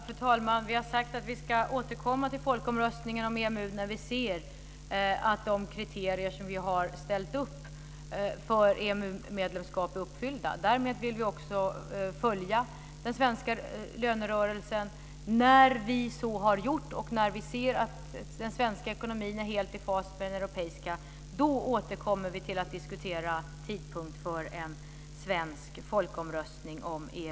Fru talman! Vi har sagt att vi ska återkomma till folkomröstningen om EMU när vi ser att de kriterier som vi har ställt upp för ett EMU-medlemskap är uppfyllda. Vi vill också följa den svenska lönerörelsen. När vi så har gjort och när vi ser att den svenska ekonomin är helt i fas med den europeiska återkommer vi till att diskutera tidpunkten för en svensk folkomröstning om EMU.